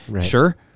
sure